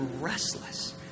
restless